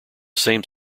same